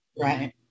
Right